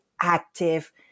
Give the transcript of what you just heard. active